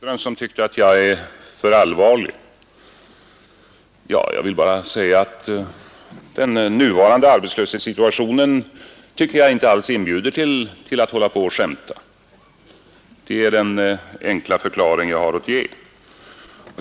Herr talman! Först ett par ord till herr Ekström, som anser att jag är för allvarlig. Jag tycker att den nuvarande arbetslöshetssituationen inte alls inbjuder till skämt; det är den enkla förklaring jag har att ge.